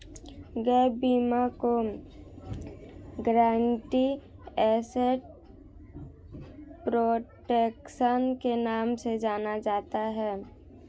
gap बीमा को guaranteed asset protection के नाम से जाना जाता है